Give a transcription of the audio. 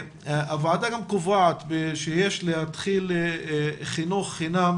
הוועדה קובעת שיש להתחיל חינוך חינם